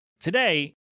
Today